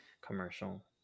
commercial